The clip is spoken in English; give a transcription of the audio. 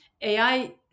AI